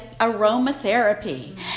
aromatherapy